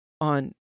on